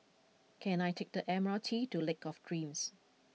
can I take the M R T to Lake of Dreams